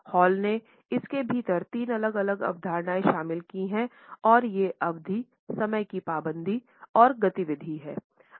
hall ने इसके भीतर तीन अलग अलग अवधारणाएं शामिल की हैं और ये अवधि समय की पाबंदी और गतिविधि हैं